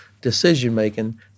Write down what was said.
decision-making